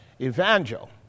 evangel